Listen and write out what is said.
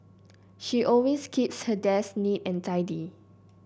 she always keeps her desk neat and tidy